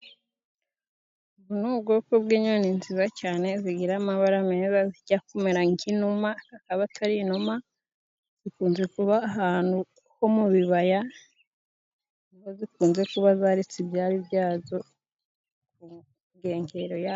Ubu ni ubwoko bw'inyoni nziza cyane zigira amabara meza. Zijya kumera nk'inuma, aba atari inuma. Zikunze kuba ahantu ho mu bibaya, ni ho zikunze kuba zaritse ibyari byazo ku nkengero yabyo.